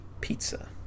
pizza